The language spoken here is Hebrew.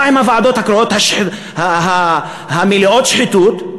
מה עם הוועדות הקרואות המלאות שחיתות?